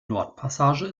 nordpassage